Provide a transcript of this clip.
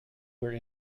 where